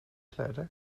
kläder